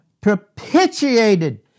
propitiated